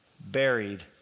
Buried